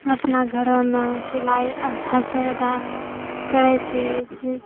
हम अपना घर मे सिलाइ हद से जादा करै छी